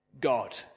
God